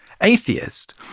atheist